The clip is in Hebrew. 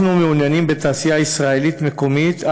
אנחנו מעוניינים בתעשייה ישראלית מקומית,